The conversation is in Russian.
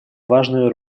важную